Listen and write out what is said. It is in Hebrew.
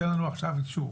תן לנו עכשיו אישור.